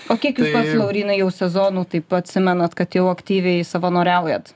o kiek jūs pats lautynai jau sezonų taip atsimenat kad jau aktyviai savanoriaujat